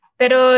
pero